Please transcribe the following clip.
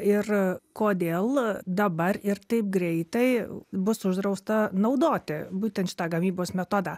ir kodėl dabar ir taip greitai bus uždrausta naudoti būtent šitą gamybos metodą